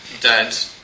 dead